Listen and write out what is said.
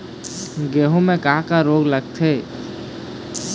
गेहूं म का का रोग लगथे?